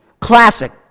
classic